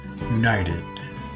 united